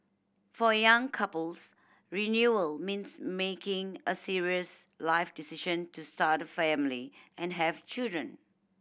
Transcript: for young couples renewal means making a serious life decision to start a family and have children